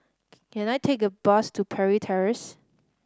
can I take a bus to Parry Terrace